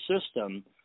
system